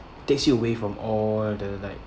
takes you away from all the like